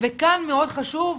וכאן מאוד חשוב,